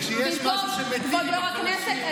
שכשיש משהו שמיטיב עם החלשים את בעד.